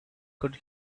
could